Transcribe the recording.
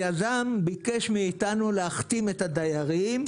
היזם ביקש מאיתנו להחתים את הדיירים,